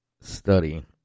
study